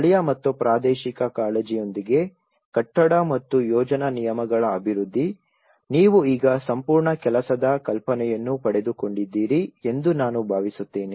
ಸ್ಥಳೀಯ ಮತ್ತು ಪ್ರಾದೇಶಿಕ ಕಾಳಜಿಯೊಂದಿಗೆ ಕಟ್ಟಡ ಮತ್ತು ಯೋಜನಾ ನಿಯಮಗಳ ಅಭಿವೃದ್ಧಿ ನೀವು ಈಗ ಸಂಪೂರ್ಣ ಕೆಲಸದ ಕಲ್ಪನೆಯನ್ನು ಪಡೆದುಕೊಂಡಿದ್ದೀರಿ ಎಂದು ನಾನು ಭಾವಿಸುತ್ತೇನೆ